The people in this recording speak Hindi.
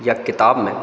या किताब में